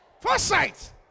Foresight